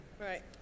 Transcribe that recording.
Right